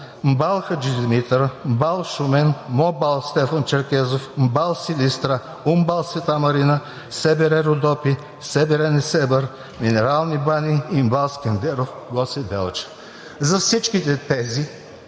За всички тези